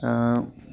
दा